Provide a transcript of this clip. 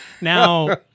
Now